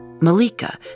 Malika